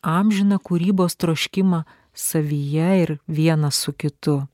amžiną kūrybos troškimą savyje ir vienas su kitu